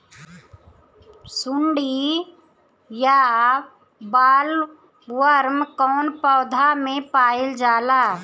सुंडी या बॉलवर्म कौन पौधा में पाइल जाला?